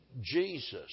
Jesus